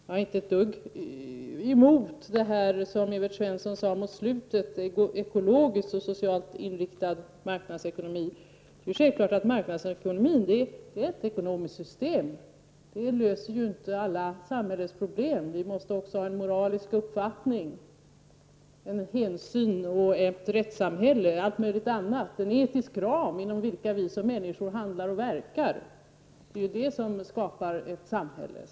Jag har inget emot vad Evert Svensson sade i slutet av sin replik, nämligen att det behövs en ekologiskt och socialt inriktad marknadsekonomi i länderna i öst för att de skall kunna lösa sina problem. Marknadsekonomin, som är ett ekonomiskt system, löser inte alla samhällsproblem. Det gäller att också ha en moralisk uppfattning, kunna visa hänsyn och fungera i ett rättssamhälle. Det måste finnas en etisk ram inom vilken vi som människor handlar och verkar. Allt detta skapar ett gott samhälle.